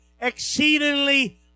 exceedingly